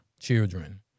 children